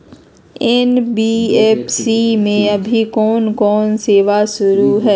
NBFC में अभी कोन कोन सेवा शुरु हई?